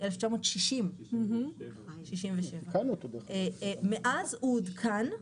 67'. מאז הוא עודכן.